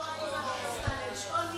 לשקול מילים.